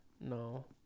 No